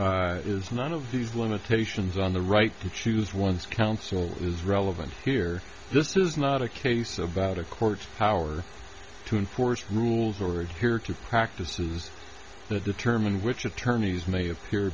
is none of these limitations on the right to choose one's counsel is relevant here this is not a case about a court's power to enforce rules or hear two practices that determine which attorneys may appear